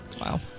Wow